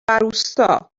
روستا